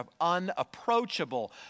unapproachable